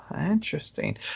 Interesting